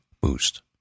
boost